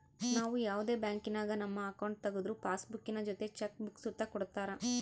ನಾವು ಯಾವುದೇ ಬ್ಯಾಂಕಿನಾಗ ನಮ್ಮ ಅಕೌಂಟ್ ತಗುದ್ರು ಪಾಸ್ಬುಕ್ಕಿನ ಜೊತೆ ಚೆಕ್ ಬುಕ್ಕ ಸುತ ಕೊಡ್ತರ